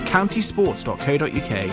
countysports.co.uk